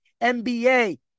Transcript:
NBA